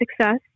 success